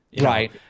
Right